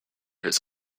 his